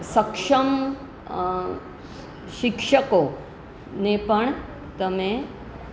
સક્ષમ શિક્ષકોને પણ તમે